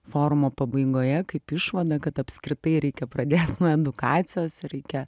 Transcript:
forumo pabaigoje kaip išvadą kad apskritai reikia pradėt nuo edukacijos reikia